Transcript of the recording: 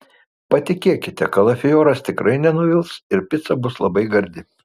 patikėkite kalafioras tikrai nenuvils ir pica bus labai gardi